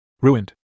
Ruined